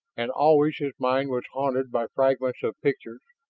and always his mind was haunted by fragments of pictures,